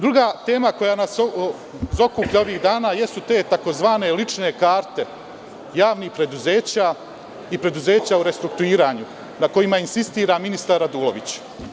Druga tema koja nas zaokuplja ovih dana jesu tzv. lične karte javnih preduzeća i preduzeća u restrukturiranju na kojima insistira ministar Radulović.